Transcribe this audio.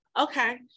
Okay